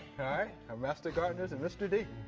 alright, our master gardeners and mr. d.